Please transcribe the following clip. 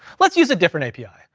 let's use a different api,